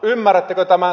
ymmärrättekö tämän